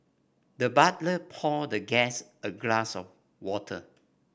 the butler poured the guest a glass of water